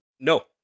No